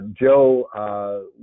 Joe